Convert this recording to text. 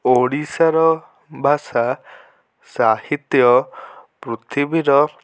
ଓଡ଼ିଶାର ଭାଷା ସାହିତ୍ୟ ପୃଥିବୀର